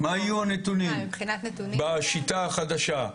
מה יהיו הנתונים בשיטה החדשה?